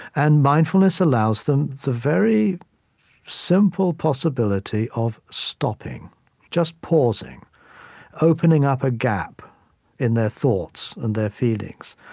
and mindfulness allows them the very simple possibility of stopping just pausing opening up a gap in their thoughts and their feelings.